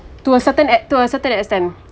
to a certain at to a certain extent